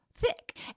thick